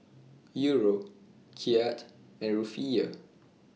Euro Kyat and Rufiyaa